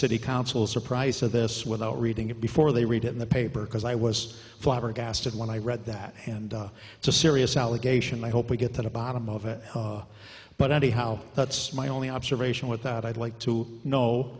city council surprised to this without reading it before they read it in the paper because i was flabbergasted when i read that and it's a serious allegation i hope we get to the bottom of it but anyhow that's my only observation without i'd like to know